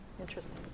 Interesting